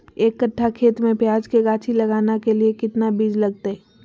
एक कट्ठा खेत में प्याज के गाछी लगाना के लिए कितना बिज लगतय?